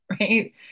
right